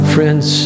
Friends